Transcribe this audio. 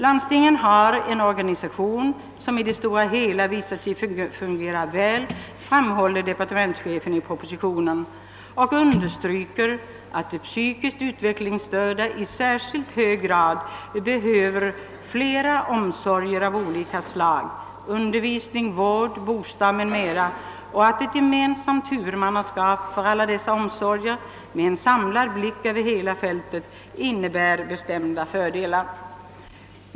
Landstingen har en organisation som i det stora hela visar sig fungera väl, framhåller departementschefen i propositionen och understryker att de psykiskt utvecklingsstörda i särskilt hög grad behöver omsorger av flera slag: undervisning, vård, bostad m.m. Ett gemensamt huvudmannaskap för alla dessa omsorger med samlad blick över hela fältet innebär bestämda fördelar.